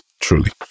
truly